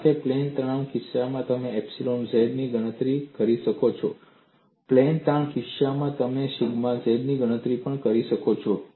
કારણ કે પ્લેન તણાવના કિસ્સામાં તમે એપ્સીલોન z ની ગણતરી કરી શકો છો પ્લેન તાણના કિસ્સામાં તમે સિગ્મા z ની ગણતરી પણ કરી શકો છો